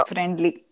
Friendly